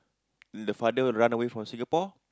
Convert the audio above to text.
the father run away from Singapore